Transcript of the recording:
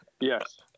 Yes